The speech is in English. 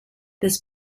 this